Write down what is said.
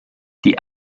die